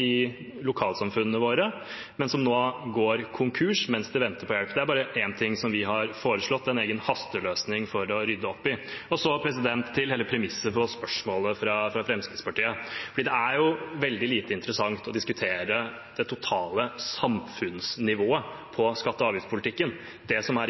lokalsamfunnene våre, men som nå går konkurs mens de venter på hjelp. Det er bare én ting, som vi har foreslått en egen hasteløsning for å rydde opp i. Så til hele premisset for spørsmålet fra Fremskrittspartiet: Det er jo veldig lite interessant å diskutere det totale samfunnsnivået på skatte- og avgiftspolitikken. Det som er